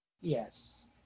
Yes